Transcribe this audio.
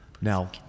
Now